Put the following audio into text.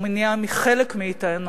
או מונע מחלק מאתנו,